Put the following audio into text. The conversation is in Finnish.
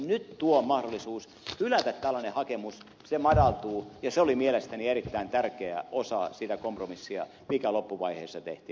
nyt tuo mahdollisuus hylätä tällainen hakemus vaikeutuu mikä oli mielestäni erittäin tärkeä osa sitä kompromissia mikä loppuvaiheessa tehtiin